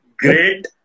Great